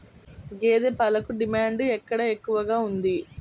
గేదె పాలకు డిమాండ్ ఎక్కడ ఎక్కువగా ఉంది?